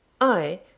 I